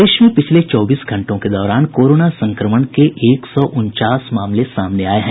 प्रदेश में पिछले चौबीस घंटों के दौरान कोरोना संक्रमण के एक सौ उनचास मामले सामने आये हैं